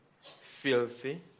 filthy